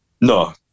No